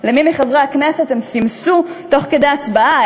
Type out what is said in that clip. למי מחברי הכנסת הם סימסו תוך כדי הצבעה?